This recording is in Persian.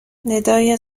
ندای